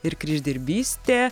ir kryždirbystė